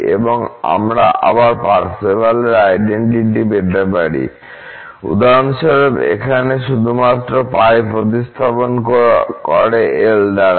এবং আমরা আবার পার্সেভালের আইডেনটিটি পেতে পারি উদাহরণস্বরূপ এখানে শুধুমাত্র π প্রতিস্থাপন করে L দ্বারা